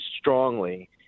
strongly